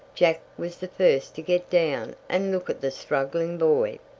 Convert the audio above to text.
jack was the first to get down and look at the struggling boy.